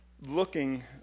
looking